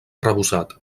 arrebossat